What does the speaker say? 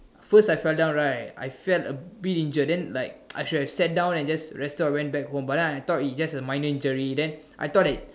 first I fell down right I felt a bit injured then like I should've sat down and just rest or went back home but then I thought it's just a minor injury then I thought that